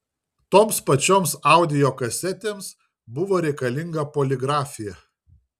toms pačioms audio kasetėms buvo reikalinga poligrafija